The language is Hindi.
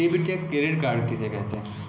डेबिट या क्रेडिट कार्ड किसे कहते हैं?